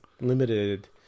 limited